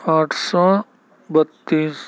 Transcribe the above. آٹھ سو بتیس